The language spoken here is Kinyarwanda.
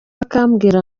akambwira